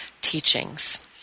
teachings